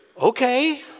Okay